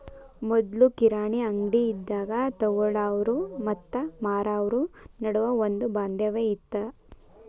ಮೊದ್ಲು ಕಿರಾಣಿ ಅಂಗ್ಡಿ ಇದ್ದಾಗ ತೊಗೊಳಾವ್ರು ಮತ್ತ ಮಾರಾವ್ರು ನಡುವ ಒಂದ ಬಾಂಧವ್ಯ ಇತ್ತ